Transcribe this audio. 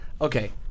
Okay